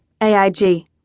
AIG